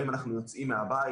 האם אנחנו יוצאים מהבית?